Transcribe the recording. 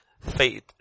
faith